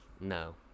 No